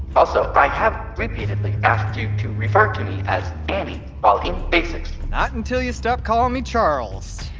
also, i have repeatedly asked you to refer to me as ani while in basics not until you stop calling me charles.